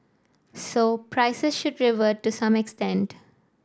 so price should revert to some extent